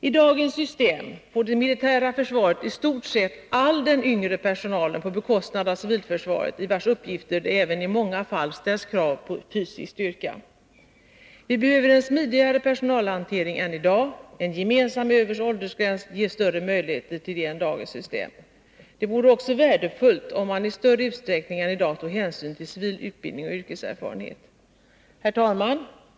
I dagens system får det militära försvaret i stort sett all den yngre personalen på bekostnad av civilförsvaret, i vars uppgifter det även i många fall ställs krav på fysisk styrka. Vi behöver en smidigare personalhantering än i dag. En gemensam övre åldersgräns ger större möjligheter till det än dagens system. Det vore också värdefullt om man i större utsträckning än i dag tog hänsyn till civil utbildning och yrkeserfarenhet. Herr talman!